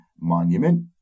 Monument